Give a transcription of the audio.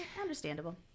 understandable